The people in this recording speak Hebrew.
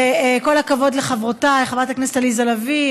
וכל הכבוד לחברותיי חברת הכנסת עליזה לביא,